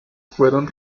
fueron